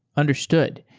understood.